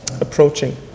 approaching